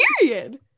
period